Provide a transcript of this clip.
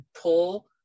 pull